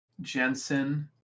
Jensen